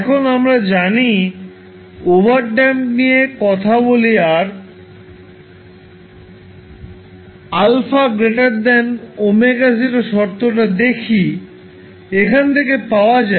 এখন আমরা যদি ওভারড্যাম্পড নিয়ে কথা বলি আর α ω0 শর্তটা দেখি এখান থেকে পাওয়া যায়